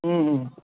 ह्म्म ह्म्म